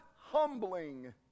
humbling